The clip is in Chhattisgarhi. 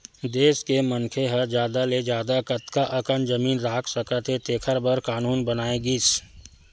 देस के मनखे ह जादा ले जादा कतना अकन जमीन राख सकत हे तेखर बर कान्हून बनाए गिस